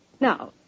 Now